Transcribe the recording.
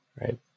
right